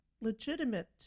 legitimate